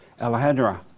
Alejandra